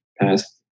past